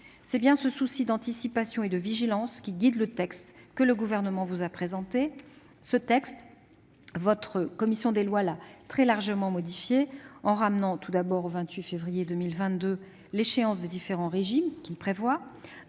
C'est bien ce souci d'anticipation et cette vigilance qui ont guidé le Gouvernement dans l'élaboration du texte qui vous est présenté. Ce texte, votre commission des lois l'a très largement modifié, en ramenant tout d'abord au 28 février 2022 l'échéance des différents régimes qu'il prévoit.